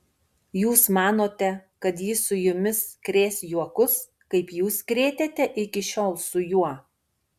jūs manote kad jis su jumis krės juokus kaip jūs krėtėte iki šiol su juo